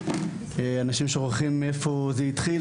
אנשים שוכחים מאיפה זה התחיל,